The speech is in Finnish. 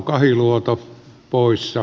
arvostettu puhemies